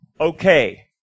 Okay